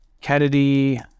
kennedy